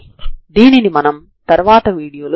దీనిని మనం తర్వాత వీడియో లో చూద్దాం